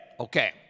Okay